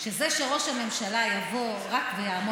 חסידים שוטים.